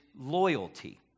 loyalty